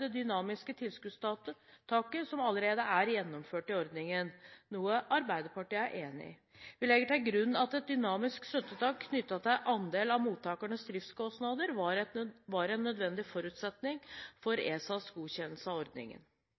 det dynamiske tilskuddstaket som allerede er gjennomført i ordningen, noe Arbeiderpartiet er enig i. Vi legger til grunn at et dynamisk støttetak knyttet til andel av mottakernes driftskostnader var en nødvendig forutsetning for ESAs godkjennelse av ordningen.